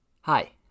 Hi